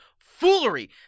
foolery